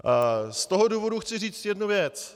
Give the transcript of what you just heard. Z toho důvodu chci říct jednu věc.